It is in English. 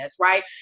right